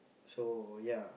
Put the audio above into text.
so ya